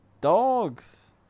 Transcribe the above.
Dogs